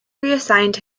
reassigned